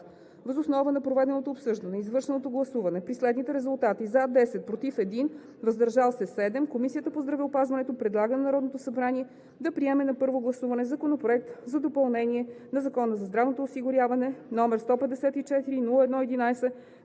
Въз основа на проведеното обсъждане и извършеното гласуване при следните резултати: „за“ – 10, „против“ – 1, „въздържал се“ – 7, Комисията по здравеопазването предлага на Народното събрание да приеме на първо гласуване Законопроект за допълнение на Закона за здравното осигуряване, № 154-01-11,